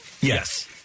Yes